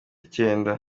icyenda